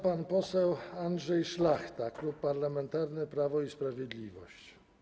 Pan poseł Andrzej Szlachta, Klub Parlamentarny Prawo i Sprawiedliwość.